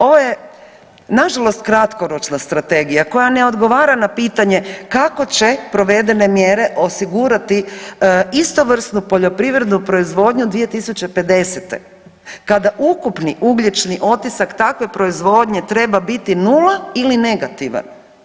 Ovo je nažalost kratkoročna strategija ne odgovara na pitanje kako će provedene mjere osigurati istovrsnu poljoprivrednu proizvodnju 2050. kada ukupni ugljični otisak takve proizvodnje treba biti nula ili negativan.